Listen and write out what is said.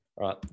Right